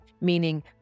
Meaning